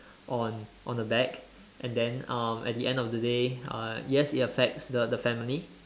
on on the bag and then uh at the end of the day uh yes it affects the the family